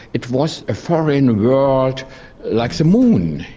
it was a foreign world like the moon,